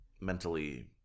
mentally